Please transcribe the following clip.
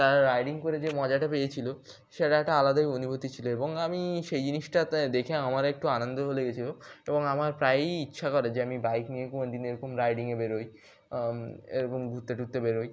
তারা রাইডিং করে যে মজাটা পেয়েছিলো সেটা একটা আলাদাই অনুভূতি ছিল এবং আমি সেই জিনিসটা দেখে আমার একটু আনন্দও লেগেছিলো এবং আমার প্রায়ই ইচ্ছা করে যে আমি বাইক নিয়ে কোনো দিন এরকম রাইডিংয়ে বেরোই এরকম ঘুরতে টুরতে বেরোই